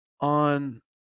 on